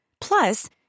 Plus